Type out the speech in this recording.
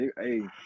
hey